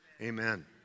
amen